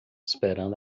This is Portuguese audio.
esperando